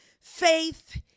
faith